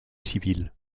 civils